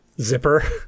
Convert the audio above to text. zipper